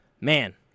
man